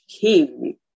king